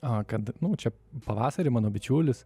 ak kad čia pavasarį mano bičiulis